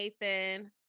Nathan